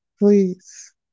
Please